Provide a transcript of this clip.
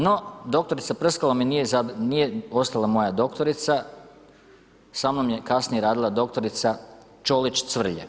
No, doktorica Prskalo mi nije ostala moja doktorica, sa mnom je kasnije radila doktorica Čolić-Cvrlje.